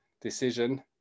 decision